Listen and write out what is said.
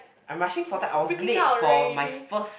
I'm rushing for time I was late for my first